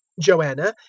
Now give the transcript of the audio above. joanna,